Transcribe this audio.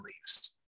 leaves